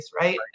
Right